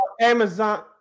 Amazon